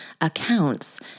accounts